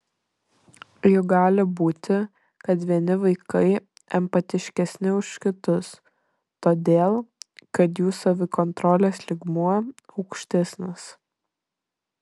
juk gali būti kad vieni vaikai empatiškesni už kitus todėl kad jų savikontrolės lygmuo aukštesnis